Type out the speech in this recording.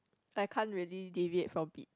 I can't really leave it for beat